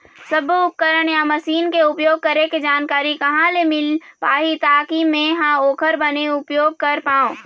सब्बो उपकरण या मशीन के उपयोग करें के जानकारी कहा ले मील पाही ताकि मे हा ओकर बने उपयोग कर पाओ?